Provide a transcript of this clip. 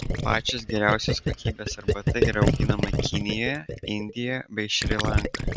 pačios geriausios kokybės arbata yra auginama kinijoje indijoje bei šri lankoje